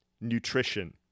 nutrition